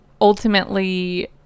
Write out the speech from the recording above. ultimately